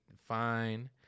fine